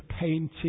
painting